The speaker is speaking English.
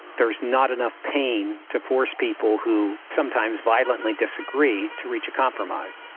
there's not enough pain to force people who sometimes violently disagree, to reach a compromise.